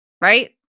Right